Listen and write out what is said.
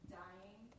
dying